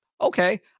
Okay